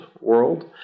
world